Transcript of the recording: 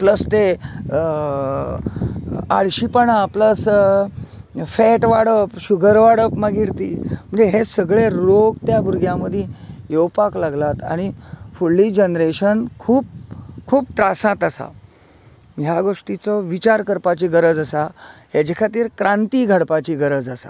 plus तें आळशेपणां plus fat वाडप शुगर वाडप मागीर ती हें सगळे रोग त्या भुरग्यां मदीं येवपाक लागल्यात आनी फुडली जनरेशन खूब खूब त्रासांत आसा ह्या गोश्टीचो विचार करपाची गरज आसा हेजे खातीर क्रांती घडपाची गरज आसा